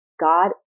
God